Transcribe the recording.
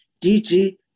DG